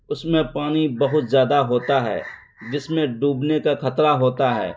اس میں پانی بہت زیادہ ہوتا ہے جس میں ڈوبنے کا خطرہ ہوتا ہے